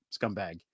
scumbag